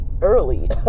early